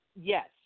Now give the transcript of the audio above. Yes